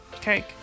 Cake